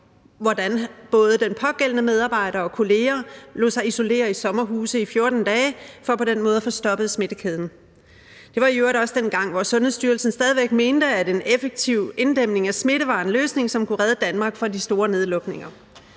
hvordan både den pågældende medarbejder og kolleger lod sig isolere i sommerhuse i 14 dage for på den måde at få stoppet smittekæden. Det var i øvrigt også dengang, hvor Sundhedsstyrelsen stadig væk mente, at en effektiv inddæmning af smitte var en løsning, som kunne redde Danmark fra de store nedlukninger.